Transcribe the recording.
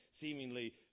seemingly